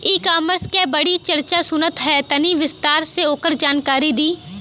ई कॉमर्स क बड़ी चर्चा सुनात ह तनि विस्तार से ओकर जानकारी दी?